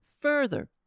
Further